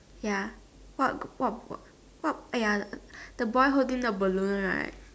ya what what what what !aiya! the boy holding the balloon right